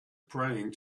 praying